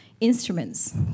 instruments